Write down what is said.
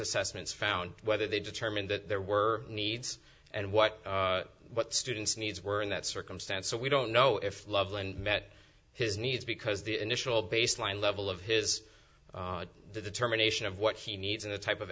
assessments found whether they determined that there were needs and what what students needs were in that circumstance so we don't know if loveland met his needs because the initial baseline level of his the determination of what he needs and the type of